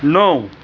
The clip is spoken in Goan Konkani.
णव